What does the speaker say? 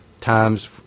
times